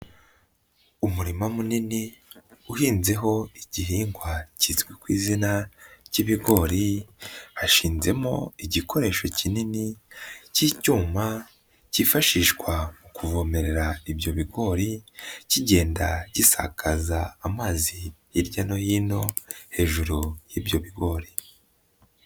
Umurima munini uhinnzeho igihingwa kizwi ku izina ry'ibigori, hashinzemo igikoresho kinini cy'icyuma cyifashishwa mu kuvomerera ibyo bigori, kigenda gisakaza amazi hirya no hino hejuru y'ibyo bigori.